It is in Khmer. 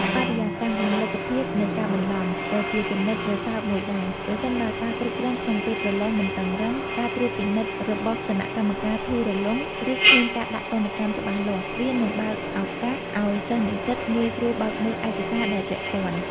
បរិយាកាស និងលទ្ធភាពនៃការបន្លំ ក៏ជាចំណុចរសើបមួយដែរ ប្រសិនបើការគ្រប់គ្រងក្នុងពេលប្រឡងមិនតឹងរ៉ឹង ការត្រួតពិនិត្យរបស់គណៈកម្មការធូររលុង ឬគ្មានការដាក់ទណ្ឌកម្មច្បាស់លាស់ វានឹងបើកឱកាសឱ្យសិស្សនិស្សិតងាយស្រួលបើកមើលឯកសារដែលពាក់ព័ន្ធ។